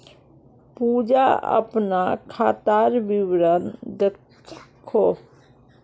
पूजा अपना खातार विवरण दखोह